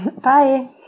Bye